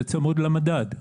זה צמוד למדד.